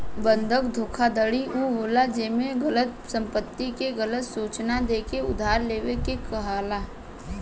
बंधक धोखाधड़ी उ होला जेमे गलत संपत्ति के गलत सूचना देके उधार लेवे के कहाला